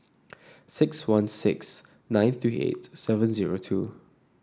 six one six nine three eight seven zero two